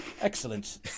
Excellent